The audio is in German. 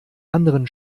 anderen